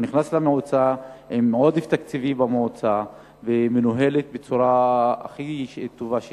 הוא נכנס למועצה עם עודף תקציבי במועצה והיא מנוהלת בצורה הכי טובה שיש.